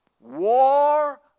war